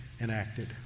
enacted